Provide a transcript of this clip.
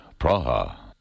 Praha